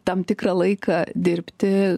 tam tikrą laiką dirbti